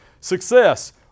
success